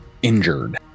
Injured